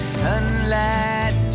sunlight